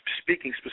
speaking